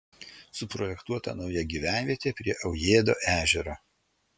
suprojektuota nauja gyvenvietė prie aujėdo ežero